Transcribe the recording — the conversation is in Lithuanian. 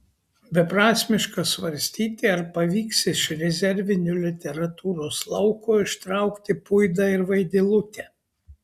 beprasmiška svarstyti ar pavyks iš rezervinio literatūros lauko ištraukti puidą ir vaidilutę